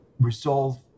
resolve